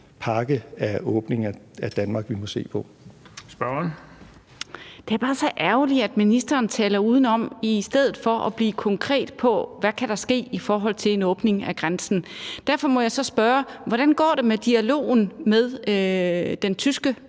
Kl. 15:32 Eva Kjer Hansen (V): Det er bare så ærgerligt, at ministeren taler udenom i stedet for at blive konkret på, hvad der kan ske i forhold til en åbning af grænsen. Derfor må jeg så spørge: Hvordan går det med dialogen med den tyske